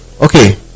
okay